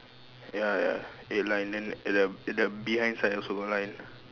ya ya eight line then at the at the behind side also got line